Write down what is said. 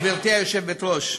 גברתי היושבת-ראש,